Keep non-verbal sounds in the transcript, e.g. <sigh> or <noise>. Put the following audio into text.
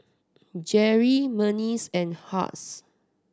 <hesitation> Jerrie Berneice and Hughes